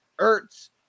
Ertz